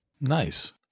Nice